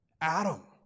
Adam